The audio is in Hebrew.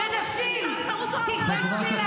רואה שורה של חברי כנסת וחברות כנסת,